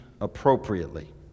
appropriately